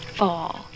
fall